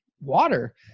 water